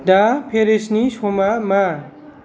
दा पेरिसनि समा मा